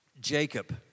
Jacob